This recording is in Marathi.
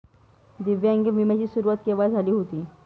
दिव्यांग विम्या ची सुरुवात केव्हा झाली होती?